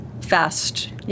fast